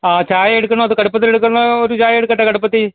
ആ ചായ എടുക്കണോ അതോ കടുപ്പത്തിലെടുക്കുന്നോ ഒരു ചായയെടുക്കട്ടെ കടുപ്പത്തിൽ